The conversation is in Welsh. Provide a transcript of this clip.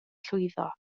llwyddo